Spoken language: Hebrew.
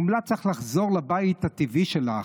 ממליץ לך לחזור לבית הטבעי שלך,